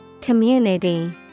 Community